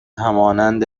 همانند